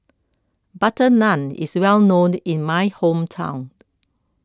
Butter Naan is well known in my hometown